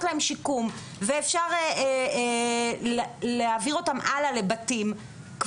להם שיקום ואפשר להעביר אותם הלאה לבתים,